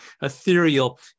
ethereal